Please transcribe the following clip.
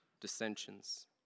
dissensions